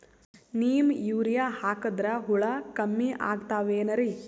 Neem urea ಹಾಕದ್ರ ಹುಳ ಕಮ್ಮಿ ಆಗತಾವೇನರಿ?